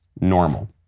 normal